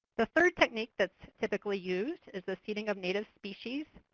the third technique that's typically used is the seeding of native species.